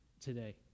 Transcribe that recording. today